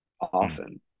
often